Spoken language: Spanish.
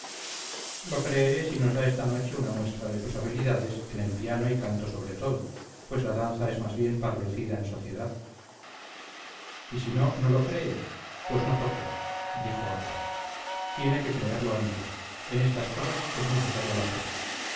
lo creeré si nos da esta noche una muestra de sus habilidades en el piano y canto sobre todo pues la danza es más bien para lucida en sociedad y si no no lo cree pues no toco dijo aura tiene que creerlo antes en estas cosas en necesaria la fe